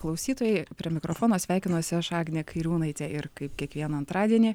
klausytojai prie mikrofono sveikinuosi aš agnė kairiūnaitė ir kaip kiekvieną antradienį